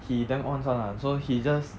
he damn ons [one] ah so he just